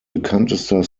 bekanntester